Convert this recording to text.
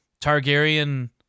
Targaryen